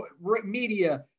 media